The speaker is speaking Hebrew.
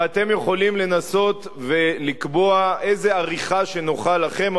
ואתם יכולים לנסות ולקבוע איזו עריכה שנוחה לכם.